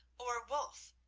or, wulf,